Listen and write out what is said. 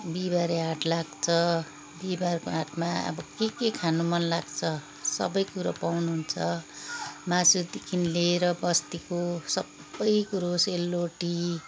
बिहिबारे हाट लाग्छ बिहिबारको हाटमा अब के के खानु मनलाग्छ सबै कुरो पाउनुहुन्छ मासुदेखि लिएर बस्तीको सबै कुरो सेलरोटी